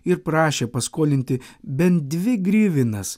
ir prašė paskolinti bent dvi grivinas